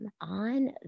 on